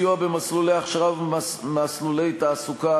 ועכשיו אני אפרט כפי שרצית: כפל סיוע במסלולי הכשרה ובמסלולי תעסוקה,